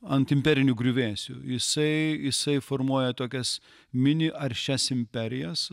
ant imperinių griuvėsių jisai jisai formuoja tokias mini aršias imperijas